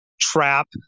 trap